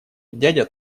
дядя